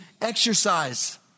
exercise